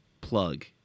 plug